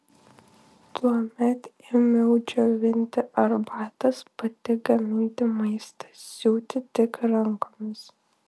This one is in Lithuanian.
tuomet ėmiau džiovinti arbatas pati gaminti maistą siūti tik rankomis